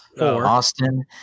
Austin